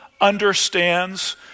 understands